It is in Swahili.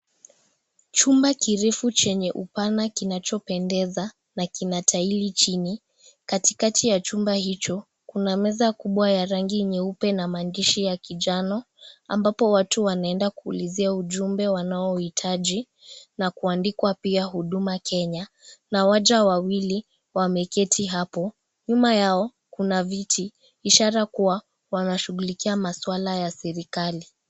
Chumba kirefu chenye upana kinachopendeza na kina taili chini katikati ya chumba hicho kuna meza kubwa ya rangi nyeupe na maandishi ya kijano ambapo watu wanenda kuulizia ujumbe wanao uhitaji na kuandikwa pia Huduma Kenya na waja wawili wameketi hapo , nyuma yao kuna viti ishara kuwa wanashughulikia maswala ya serikali.